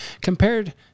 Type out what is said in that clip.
compared